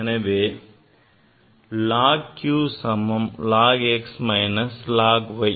எனவே this log q சமம் log x minus log y